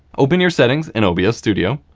open your settings in obs studio.